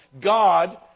God